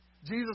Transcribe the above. Jesus